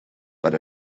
but